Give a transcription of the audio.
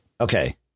Okay